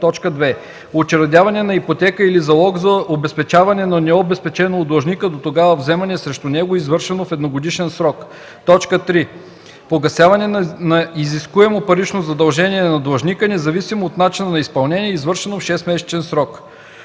срок; 2. учредяване на ипотека или залог за обезпечаване на необезпечено от длъжника дотогава вземане срещу него, извършено в едногодишен срок; 3. погасяване на изискуемо парично задължение на длъжника, независимо от начина на изпълнението, извършено в 6-месечен срок.”